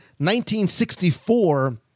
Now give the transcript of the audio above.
1964